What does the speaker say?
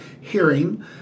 hearing